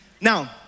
Now